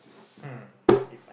hmm if I